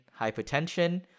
hypertension